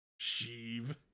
Sheev